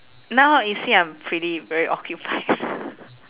now you see I'm pretty very occupied